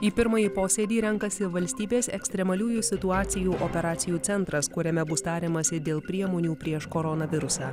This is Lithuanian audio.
į pirmąjį posėdį renkasi valstybės ekstremaliųjų situacijų operacijų centras kuriame bus tariamasi dėl priemonių prieš koronavirusą